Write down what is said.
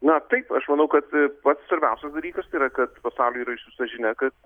na taip aš manau kad pats svarbiausias dalykas tai yra kad pasauliui yra išsiųsta žinia kad